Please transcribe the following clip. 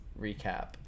recap